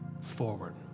forward